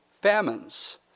famines